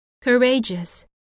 courageous